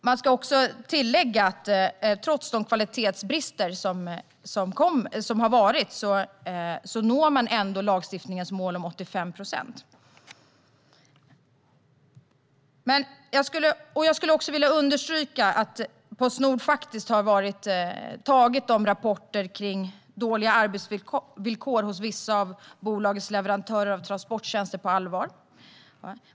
Det ska tilläggas att trots de kvalitetsbrister som har varit når man lagstiftningens mål att 85 procent ska levereras i tid. Jag vill också understryka att Postnord har tagit de rapporter om dåliga arbetsvillkor hos vissa av bolagets leverantörer av transporttjänster på allvar.